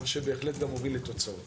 מה שבהחלט גם מוביל לתוצאות.